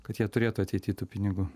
kad jie turėtų ateity tų pinigų